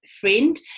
friend